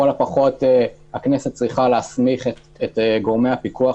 הפחות הכנסת צריכה להסמיך את גורמי הפיקוח,